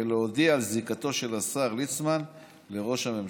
ולהודיע על זיקתו של השר ליצמן לראש הממשלה.